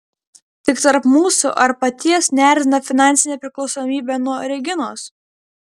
tik tarp mūsų ar paties neerzina finansinė priklausomybė nuo reginos